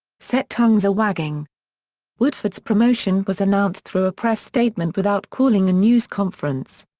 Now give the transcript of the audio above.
set tongues a-wagging woodford's promotion was announced through a press statement without calling a news conference.